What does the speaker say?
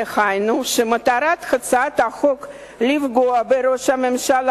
דהיינו שמטרת הצעת החוק היא לפגוע בראש הממשלה,